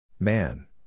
Man